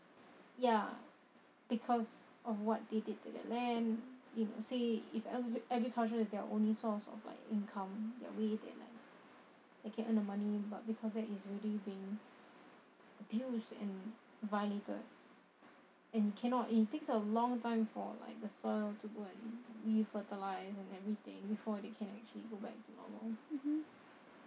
ya because of what they did to their land in say if agriculture is their only source of income that way that like you can earn the money but because that is already being abused and violated and you cannot and it takes a long time for like the soil to grow and re-fertilise and everything before they can actually go back to normal